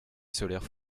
solaire